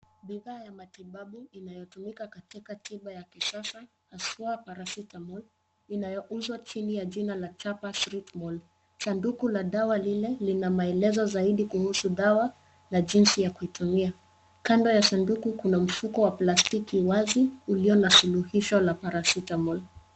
Bidhaa ya matibabu inayotumika katika tiba ya kisasa haswa Paracetamol, inayouzwa chini ya jina la chapa Critmol. Sanduku la dawa lile, lina maelezo zaidi kuhusu dawa na jinsi ya kuitumia. Kando ya sanduku kuna mfuko wa plastiki wazi, ulio na suluhisho la Paracetamol.